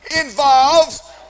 involves